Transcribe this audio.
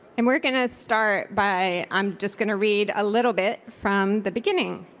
and we're going to start by i'm just going to read a little bit from the beginning.